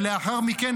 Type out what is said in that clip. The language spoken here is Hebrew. ולאחר מכן,